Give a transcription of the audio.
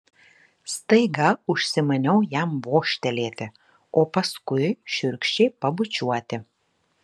staiga užsimanau jam vožtelėti o paskui šiurkščiai pabučiuoti